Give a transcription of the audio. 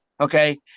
okay